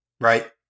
right